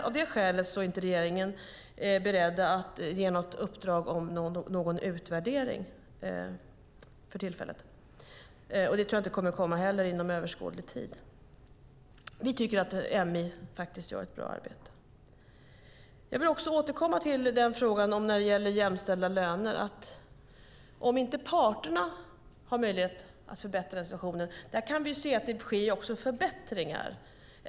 Av det skälet är regeringen inte beredd att ge något uppdrag om utvärdering för tillfället. Jag tror inte heller att det kommer inom överskådlig tid. Vi tycker att MI gör ett bra arbete. Jag vill återkomma till frågan om jämställda löner och om inte parterna har möjlighet att förbättra situationen. Där kan vi se att det också sker förbättringar.